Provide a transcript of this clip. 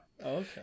Okay